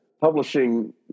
Publishing